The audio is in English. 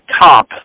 top